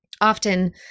often